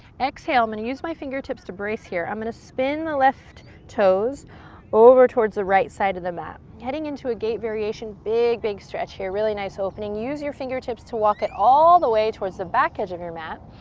exhale, i'm gonna use my fingertips to brace here. i'm gonna spin the left toes over towards the right side of the mat. i'm heading into a gate variation. big, big stretch here. really nice opening. use your fingertips to walk it all the way towards the back edge of your mat.